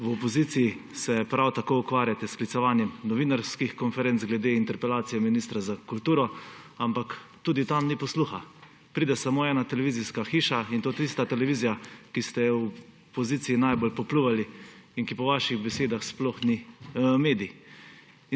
V opoziciji se prav tako ukvarjate s sklicevanjem novinarskih konferenc glede interpelacije ministra za kulturo, ampak tudi tam ni posluha. Pride samo ena televizijska hiša, in to tista televizija, ki ste jo v opoziciji najbolj popljuvali in ki po vaših besedah sploh ni medij.